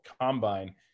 Combine